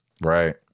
right